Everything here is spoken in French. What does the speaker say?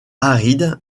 arides